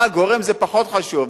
מה הגורם, זה פחות חשוב.